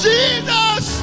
Jesus